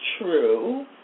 true